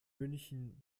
münchen